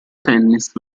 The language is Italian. tennis